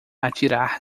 atirar